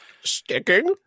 Sticking